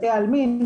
בתי עלמין,